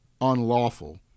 unlawful